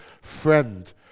friend